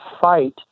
fight